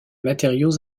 matériaux